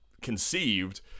Conceived